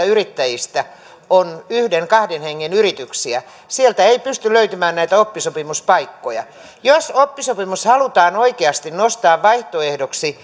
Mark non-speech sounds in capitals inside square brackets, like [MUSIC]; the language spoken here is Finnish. [UNINTELLIGIBLE] yrittäjistä on yhden kahden hengen yrityksiä ei pysty löytymään näitä oppisopimuspaikkoja jos oppisopimus halutaan oikeasti nostaa vaihtoehdoksi [UNINTELLIGIBLE]